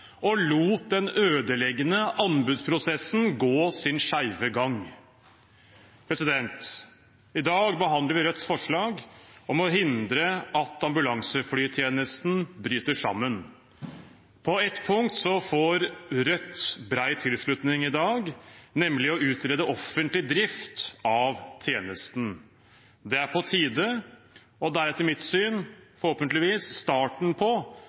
og lot den ødeleggende anbudsprosessen gå sin skeive gang. I dag behandler vi Rødts forslag om å hindre at ambulanseflytjenesten bryter sammen. På ett punkt får Rødt bred tilslutning i dag, nemlig om å utrede offentlig drift av tjenesten. Det er på tide, og det er etter mitt syn forhåpentligvis starten på